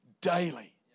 daily